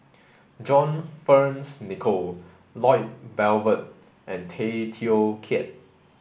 John Fearns Nicoll Lloyd Valberg and Tay Teow Kiat